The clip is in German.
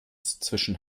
zwischen